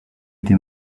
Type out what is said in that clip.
été